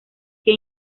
que